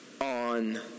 on